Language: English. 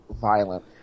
violent